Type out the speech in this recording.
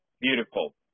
beautiful